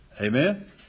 Amen